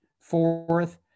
fourth